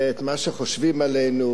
שחושבים עלינו.